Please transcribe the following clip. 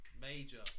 Major